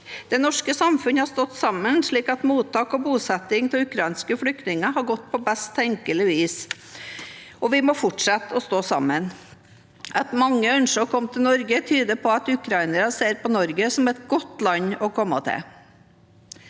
Det norske samfunnet har stått sammen slik at mottak og bosetting av ukrainske flyktninger har gått på best tenkelig vis. Og vi må fortsette å stå sammen. At mange ønsker å komme til Norge, tyder på at ukrainere ser på Norge som et godt land å komme til.